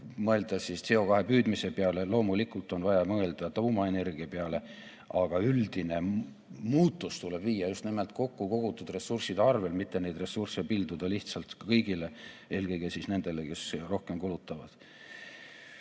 mõelda CO2püüdmise peale. Loomulikult on vaja mõelda tuumaenergia peale. Aga üldine muudatus tuleb teha just nimelt kokkukogutud ressursside arvel, mitte neid ressursse pilduda lihtsalt kõigile, eelkõige nendele, kes rohkem kulutavad. Suunad